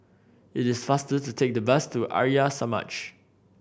it is faster to take the bus to Arya Samaj